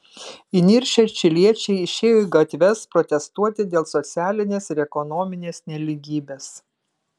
įniršę čiliečiai išėjo į gatves protestuoti dėl socialinės ir ekonominės nelygybės